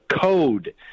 code